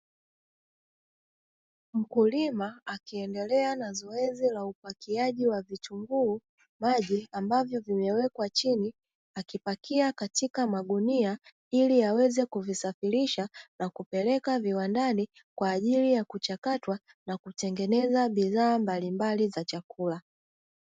Mkulima akiendelea na zoezi la upakiaji wa vitunguu maji ambavyo vimewekwa chini akipakia katika magunia ili aweze kuvisafirisha na kupeleka viwandani kwa ajili ya kuchakatwa na kutengeneza bidhaa mbalimbali za chakula.